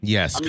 Yes